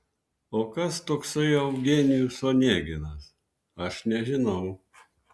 o kas toksai eugenijus oneginas aš nežinau